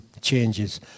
changes